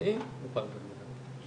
נוכל גם להקים מסגרות נוספות.